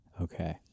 Okay